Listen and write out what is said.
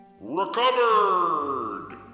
Recovered